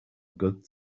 good